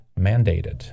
mandated